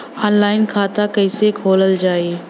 Online खाता कईसे खोलल जाई?